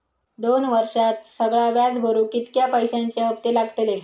दोन वर्षात सगळा व्याज भरुक कितक्या पैश्यांचे हप्ते लागतले?